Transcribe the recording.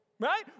right